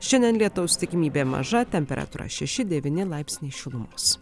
šiandien lietaus tikimybė maža temperatūra šeši devyni laipsniai šilumos